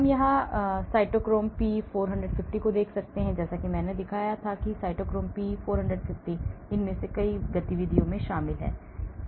हम यहां तक कि साइटोक्रोम पी 450 को भी देख सकते हैं जैसा कि मैंने दिखाया था कि साइटोक्रोम पी 450 इनमें से कई गतिविधियों में शामिल है